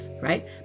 right